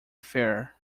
fare